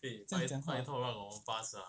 这样讲话